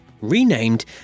renamed